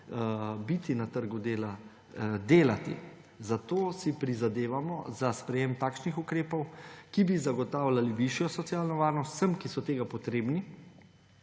biti na trgu dela, delati. Zato si prizadevamo za sprejem takšnih ukrepov, ki bi zagotavljali višjo socialno varnost vsem, ki so tega potrebni,